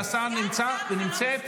סגן השרה, מקלב, נמצא כאן.